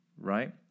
right